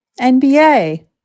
NBA